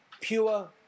Pure